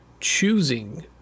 choosing